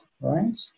right